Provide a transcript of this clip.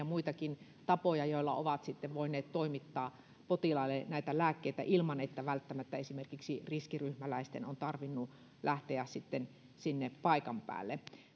muitakin tapoja joilla ovat sitten voineet toimittaa potilaille näitä lääkkeitä ilman että välttämättä esimerkiksi riskiryhmäläisten on tarvinnut lähteä sinne paikan päälle